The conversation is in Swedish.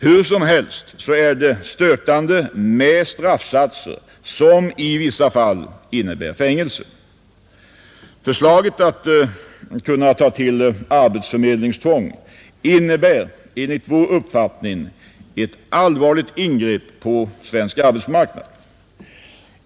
Hur som helst är det stötande med straffsatser som i vissa fall innebär fängelse. Förslaget att kunna ta till arbetsförmedlingstvång innebär enligt vår uppfattning ett allvarligt ingrepp på svensk arbetsmarknad.